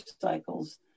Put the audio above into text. cycles